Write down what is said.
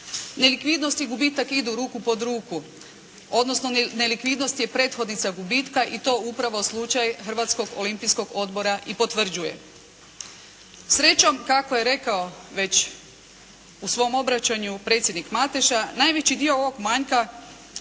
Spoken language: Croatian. Nelikvidnost i gubitak idu ruku pod ruku, odnosno nelikvidnost je prethodnica gubitka i to upravo slučaj Hrvatskog olimpijskog odbora i potvrđuje. Srećom, kako je rekao već u svom obraćanju predsjednik Mateša, najveći dio ovog manjka,